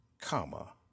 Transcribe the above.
comma